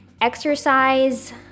Exercise